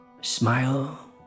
Smile